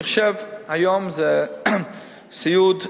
היום סיעוד,